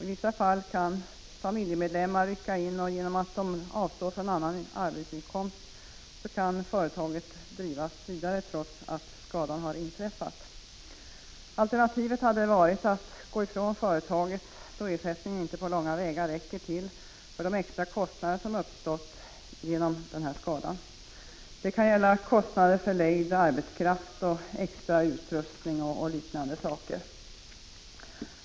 I vissa fall kan familjemedlemmar rycka in, och genom att de avstår Prot. 1985/86:48 från annan arbetsinkomst kan företaget i fråga drivas vidare, trots att skadan — 10 december 1985 har inträffat. Alternativet hade varit att gå ifrån företaget, då ersättningen = dojo odeom inte på långa vägar räcker till för de extra kostnader som uppstått genom skadan. Det kan gälla kostnader för lejd arbetskraft, extra utrustning och liknande.